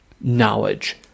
knowledge